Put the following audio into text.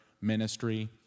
ministry